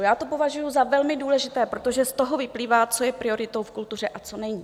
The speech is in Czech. Já to považuji za velmi důležité, protože z toho vyplývá, co je prioritou v kultuře a co není.